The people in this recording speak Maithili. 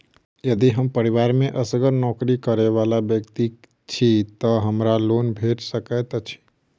यदि हम परिवार मे असगर नौकरी करै वला व्यक्ति छी तऽ हमरा लोन भेट सकैत अछि?